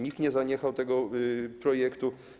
Nikt nie zaniechał tego projektu.